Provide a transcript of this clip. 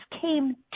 came